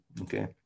okay